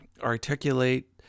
articulate